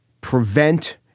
prevent